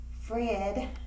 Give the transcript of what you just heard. Fred